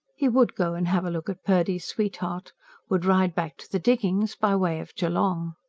he would go and have a look at purdy's sweetheart would ride back to the diggings by way of geelong.